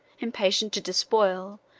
impatient to despoil,